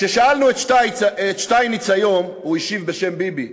כששאלנו את שטייניץ היום, הוא השיב בשם ביבי,